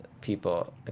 people